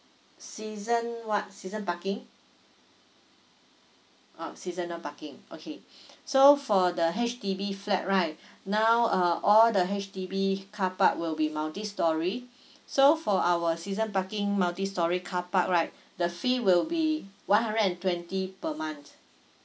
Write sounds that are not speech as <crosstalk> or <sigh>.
season what season parking um seasonal parking okay <breath> so for the H_D_B flat right <breath> now uh all the H_D_B car park will be multi storey <breath> so for our season parking multi storey car park right <breath> the fee will be one hundred and twenty per month